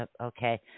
Okay